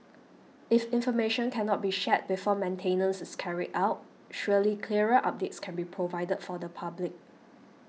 if information cannot be shared before maintenance is carried out surely clearer updates can be provided for the public